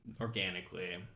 organically